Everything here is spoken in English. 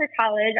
college